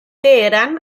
teheran